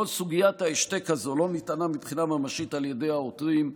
כל סוגיית ההשתק הזו לא נטענה מבחינה ממשית על ידי העותרים.